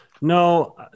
no